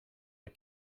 the